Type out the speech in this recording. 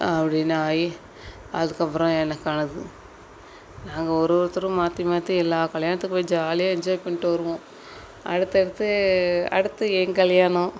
அப்படின்னு ஆகி அதுக்கப்புறம் எனக்கு ஆனது நாங்கள் ஒரு ஒருத்தரும் மாற்றி மாற்றி எல்லா கல்யாணத்துக்கும் போய் ஜாலியாக என்ஜாய் பண்ணிட்டு வருவோம் அடுத்தடுத்து அடுத்து என் கல்யாணம்